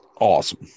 Awesome